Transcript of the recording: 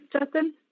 Justin